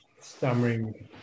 stammering